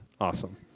Awesome